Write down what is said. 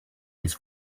his